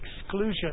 exclusion